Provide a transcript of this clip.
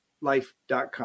life.com